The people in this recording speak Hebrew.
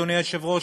אדוני היושב-ראש,